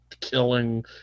killing